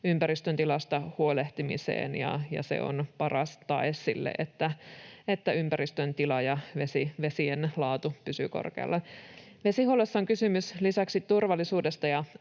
ympäristön tilasta huolehtimiseen, ja se on paras tae sille, että ympäristön tila ja vesien laatu pysyvät korkealla. Vesihuollossa on kysymys lisäksi turvallisuudesta